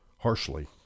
Harshly